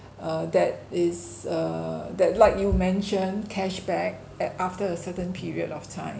uh that is err that like you mention cashback at after a certain period of time